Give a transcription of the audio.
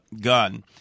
gun